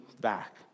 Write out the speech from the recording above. back